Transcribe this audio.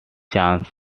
changes